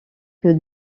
que